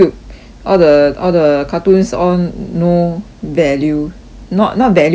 all the all the cartoons all no value not not value adding